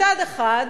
מצד אחד,